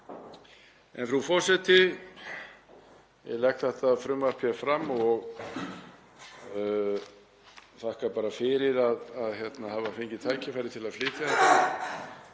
Frú forseti. Ég legg þetta frumvarp fram og þakka fyrir að hafa fengið tækifæri til að flytja það.